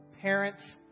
Parents